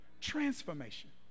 transformation